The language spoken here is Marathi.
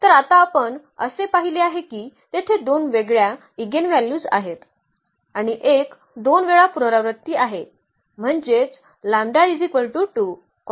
तर आता आपण असे पाहिले आहे की तेथे दोन वेगळ्या ईगेनव्हल्यूज आहेत आणि एक 2 वेळा पुनरावृत्ती आहे म्हणजेच